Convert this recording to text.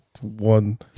One